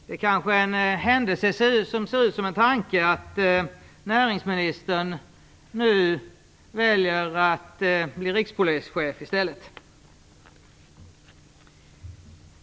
Det är kanske en händelse som ser ut som en tanke att näringsministern nu väljer att i stället bli rikspolischef.